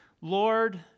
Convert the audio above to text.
Lord